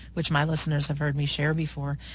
which my listeners and heard me share before,